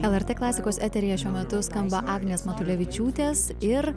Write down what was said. lrt klasikos eteryje šiuo metu skamba agnės matulevičiūtės ir